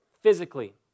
physically